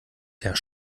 der